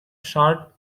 short